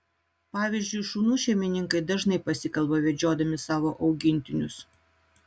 pavyzdžiui šunų šeimininkai dažnai pasikalba vedžiodami savo augintinius